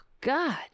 God